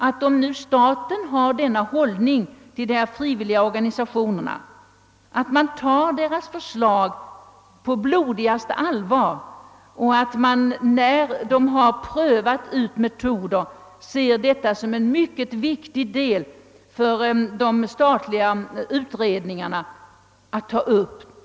Men om nu staten har denna hållning till de frivilliga organisationerna så vill jag enträget hävda, att staten bör ta deras förslag om åtgärder på blodigaste all var och när de har prövat ut sina metoder se dessa som viktiga uppslag för de statliga utredningarna.